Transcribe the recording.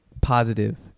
positive